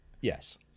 Yes